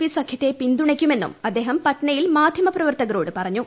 P സഖ്യത്തെ പിന്തുണയ്ക്കുമെന്നും അദ്ദേഹം പട്നയിൽ മാധ്യമപ്രവർത്തകരോട് പറഞ്ഞു